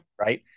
right